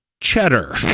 cheddar